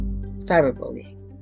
Cyberbullying